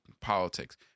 politics